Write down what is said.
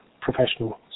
professional